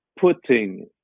putting